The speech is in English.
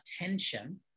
attention